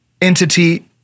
entity